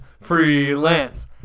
Freelance